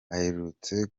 aherutse